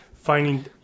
Finding